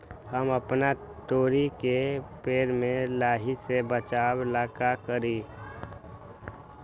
हम अपना तोरी के पेड़ के लाही से बचाव ला का करी?